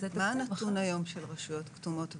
מה הנתון היום של רשויות כתומות ואדומות?